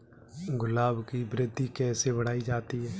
गुलाब की वृद्धि कैसे बढ़ाई जाए?